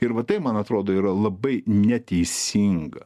ir va tai man atrodo yra labai neteisinga